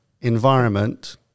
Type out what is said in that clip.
environment